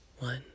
One